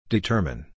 Determine